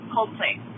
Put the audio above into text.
Coldplay